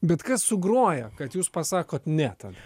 bet kas sugroja kad jūs pasakot ne tada